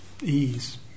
ease